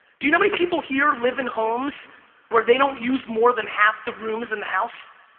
do you know many people here live in homes where they don't use more than half the rooms in the house?